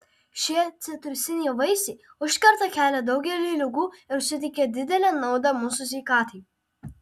šie citrusiniai vaisiai užkerta kelią daugeliui ligų ir suteikia didelę naudą mūsų sveikatai